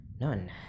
None